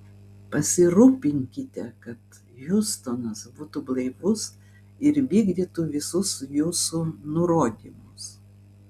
pasirūpinkite kad hiustonas būtų blaivus ir vykdytų visus jūsų nurodymus